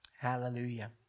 Hallelujah